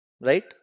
right